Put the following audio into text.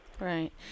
right